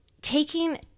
taking